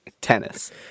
tennis